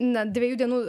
na dviejų dienų